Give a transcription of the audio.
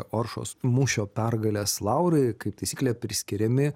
oršos mūšio pergalės laurai kaip taisyklė priskiriami